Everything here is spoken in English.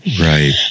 right